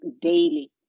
daily